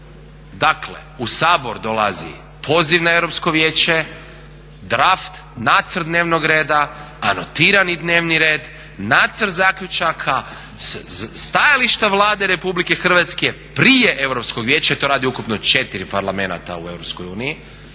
Dakle u Sabor dolazi poziv na Europsko vijeće, draft, nacrt dnevnog reda, anotirani dnevni red, nacrt zaključaka, stajališta Vlade RH prije Europskog vijeća jer to radi ukupno 5 parlamenata u EU,